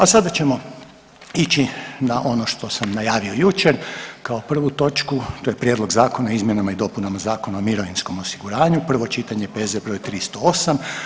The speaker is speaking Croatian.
A sada ćemo ići na ono što sam najavio jučer, kao prvu točku to je: - Prijedlog zakona o izmjenama i dopunama Zakona o mirovinskom osiguranju, prvo čitanje, P.Z. br. 308.